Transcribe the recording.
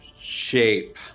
shape